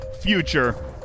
future